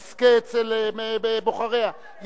את רוצה שרק חברת הכנסת חנין זועבי תזכה אצל בוחריה,